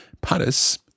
Paris